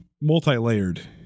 multi-layered